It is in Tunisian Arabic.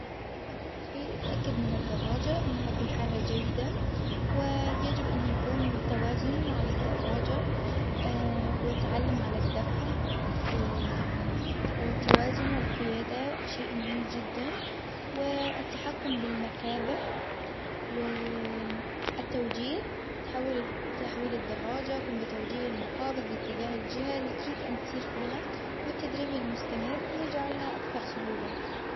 اول شي اتأكد من الدراجة إنها في حالة جيدة ويجب إن يكون توازن على الدراجة ويتعلم على الدفع والتوازن والقيادة شيء مهم جدًا و التحكم بالمكابح و التوجيه تحول تحويل الدراجة قم بتوجيه المقابض باتجاه الجهة اللي تريد أن تسير فيها، والتدريب المستمر يجعلها أكثر سهولة.